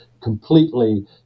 completely